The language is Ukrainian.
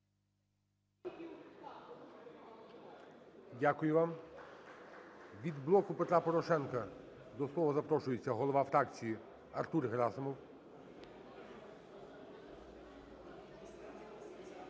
Дякую вам. Від "Блоку Петра Порошенка" до слова запрошується голова фракції Артур Герасимов.